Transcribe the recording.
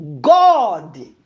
god